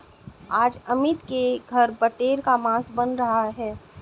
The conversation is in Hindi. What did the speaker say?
आज अमित के घर बटेर का मांस बन रहा है